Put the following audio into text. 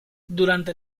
durante